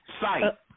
Sight